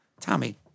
Tommy